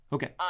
Okay